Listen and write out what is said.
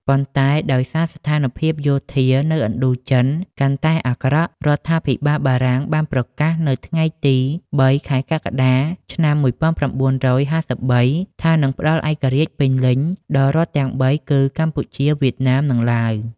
ប៉ុន្តែ ដោយសារស្ថានភាពយោធានៅឥណ្ឌូចិនកាន់តែអាក្រក់ រដ្ឋាភិបាលបារាំងបានប្រកាសនៅថ្ងៃទី៣ ខែកក្កដា ឆ្នាំ១៩៥៣ ថានឹងផ្ដល់ឯករាជ្យពេញលេញដល់រដ្ឋទាំងបីគឺ កម្ពុជា វៀតណាម និងឡាវ។